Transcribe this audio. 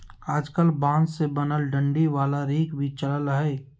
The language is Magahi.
आजकल बांस से बनल डंडी वाला रेक भी चलल हय